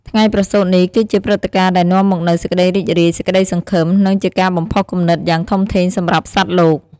ថ្ងៃប្រសូតនេះ គឺជាព្រឹត្តិការណ៍ដែលនាំមកនូវសេចក្ដីរីករាយ សេចក្តីសង្ឃឹម និងជាការបំផុសគំនិតយ៉ាងធំធេងសម្រាប់សត្វលោក។